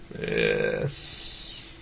Yes